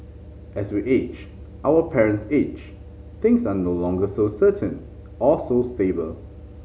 as we age our parents age things are no longer so certain or so stable